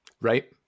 right